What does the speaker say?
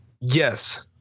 Yes